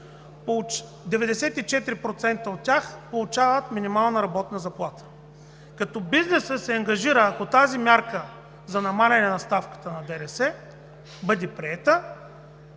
94% от тях получават минимална работна заплата, като бизнесът се ангажира, ако тази мярка за намаляване на ставката на ДДС бъде приета,